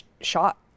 shot